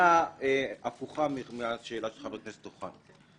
שאלה הפוכה מהשאלה של חבר הכנסת אוחנה.